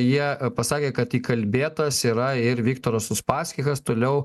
jie pasakė kad įkalbėtas yra ir viktoras uspaskichas toliau